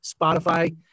Spotify